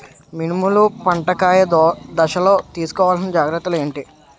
మినుములు పంట కాయ దశలో తిస్కోవాలసిన జాగ్రత్తలు ఏంటి?